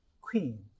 Queen